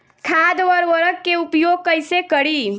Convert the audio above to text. खाद व उर्वरक के उपयोग कईसे करी?